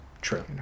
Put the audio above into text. True